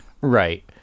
Right